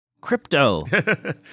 crypto